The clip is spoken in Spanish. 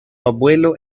abuelo